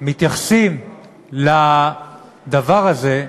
מתייחסים לדבר הזה,